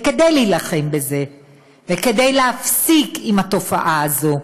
וכדי להילחם בזה וכדי להפסיק עם התופעה הזו,